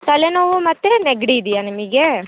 ತಲೆನೋವು ಮತ್ತು ನೆಗಡಿ ಇದೆಯಾ ನಿಮಗೆ